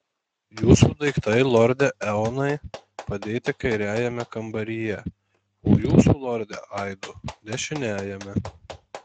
jūsų daiktai lorde eonai padėti kairiajame kambaryje o jūsų lorde aido dešiniajame